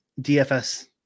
DFS